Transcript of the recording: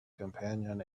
companion